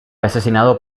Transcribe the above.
asesinado